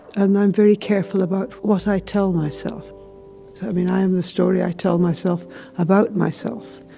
and i'm very careful about what i tell myself. so i mean, i am the story i tell myself about myself.